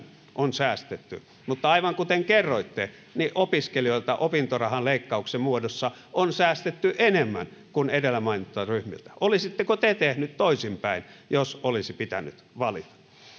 on säästetty mutta aivan kuten kerroitte opiskelijoilta opintorahan leikkauksen muodossa on säästetty enemmän kuin edellä mainituilta ryhmiltä olisitteko te tehnyt toisinpäin jos olisi pitänyt valita puhemies lopuksi